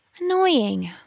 Annoying